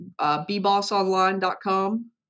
bbossonline.com